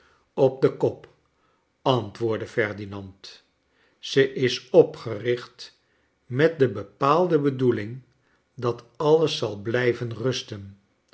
op den kop antwoordde ferdinand ze is opgericlit met de bepaalde bedoeling dat alles zal blijven rusten